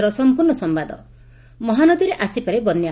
ମହାନଦୀ ବନ୍ୟା ମହାନଦୀରେ ଆସିପାରେ ବନ୍ୟା